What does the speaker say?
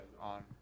on